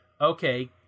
okay